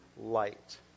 light